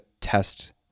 test